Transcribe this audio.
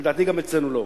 לדעתי, גם אצלנו לא.